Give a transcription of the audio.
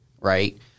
right